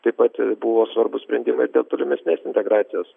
taip pat buvo svarbūs sprendimai dėl tolimesnės integracijos